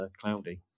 cloudy